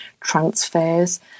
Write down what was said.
transfers